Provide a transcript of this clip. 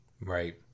Right